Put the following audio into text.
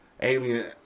alien